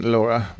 Laura